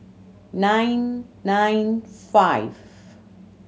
nine nine five